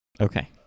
okay